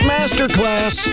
Masterclass